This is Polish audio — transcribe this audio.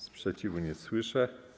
Sprzeciwu nie słyszę.